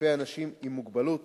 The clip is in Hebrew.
כלפי אנשים עם מוגבלות